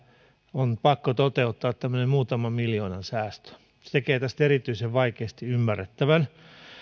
on pakko toteuttaa tämmöinen muutaman miljoonan säästö se tekee tästä erityisen vaikeasti ymmärrettävän